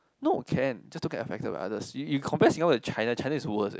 no can just don't get affected by others you you compare Singapore to China China is worse eh